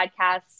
podcasts